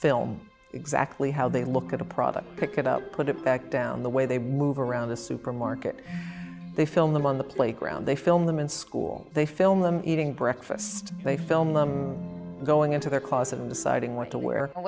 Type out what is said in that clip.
film exactly how they look at a product pick it up put it back down the way they move around the supermarket they film them on the playground they film them in school they film them eating breakfast they film going into their closet and deciding what to wear